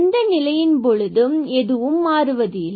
இந்த நிலையின் போது எதுவும் மாறுவதில்லை